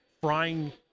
frying